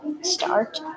start